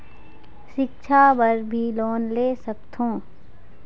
सिक्छा बर भी लोन ले सकथों?